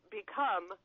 become